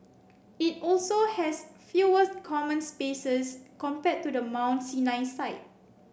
it also has fewer common spaces compared to the Mount Sinai site